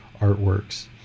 artworks